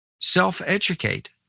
Self-educate